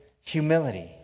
humility